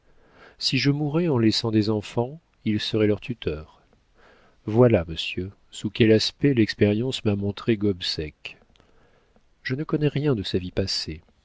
si je mourais en laissant des enfants il serait leur tuteur voilà monsieur sous quel aspect l'expérience m'a montré gobseck je ne connais rien de sa vie passée